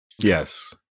Yes